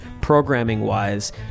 programming-wise